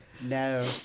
no